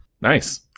Nice